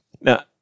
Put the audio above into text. Now